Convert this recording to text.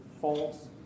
false